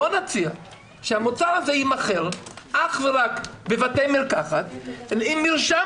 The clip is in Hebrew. בואו נציע שהמוצר הזה יימכר אך ורק בבתי מרקחת עם מרשם